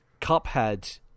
cuphead